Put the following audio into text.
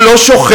הוא לא שוכח,